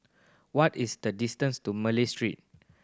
what is the distance to Malay Street